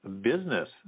business